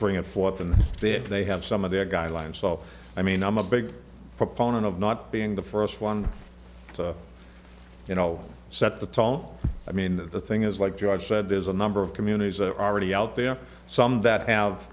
bring it forth and then they have some of their guidelines so i mean i'm a big proponent of not being the first one you know set the tone i mean the thing is like george said there's a number of communities that are already out there some that have